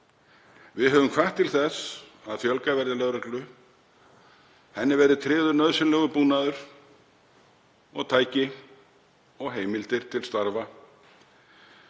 Við höfum hvatt til þess að fjölgað verði í lögreglu, henni verði tryggður nauðsynlegur búnaður og tæki og heimildir til starfa.